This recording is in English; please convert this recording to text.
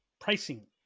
pricing